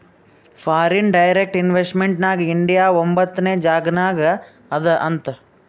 foreign direct investment ನಾಗ್ India ಒಂಬತ್ನೆ ಜಾಗನಾಗ್ ಅದಾ ಅಂತ್